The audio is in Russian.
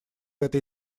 этой